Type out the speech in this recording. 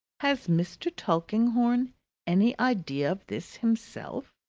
has mr. tulkinghorn any idea of this himself?